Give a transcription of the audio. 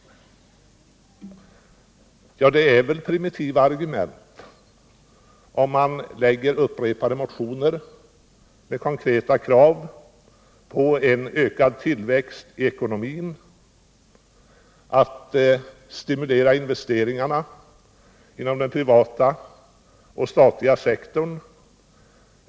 Ja, det är väl primitiva argument, om man lägger upprepade motioner med konkreta krav på en ökad tillväxt i ekonomin, med förslag till att stimulera investeringarna inom den privata och den statliga sektorn.